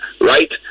right